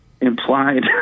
implied